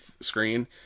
screen